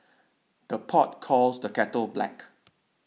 the pot calls the kettle black